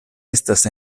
estas